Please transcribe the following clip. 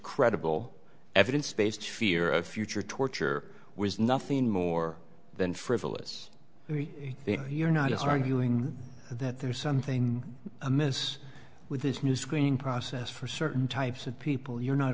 credible evidence based fear of future torture was nothing more than frivolous you're not just arguing that there's something amiss with this new screening process for certain types of people you're not